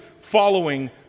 following